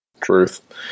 Truth